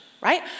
right